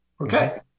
Okay